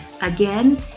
Again